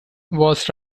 was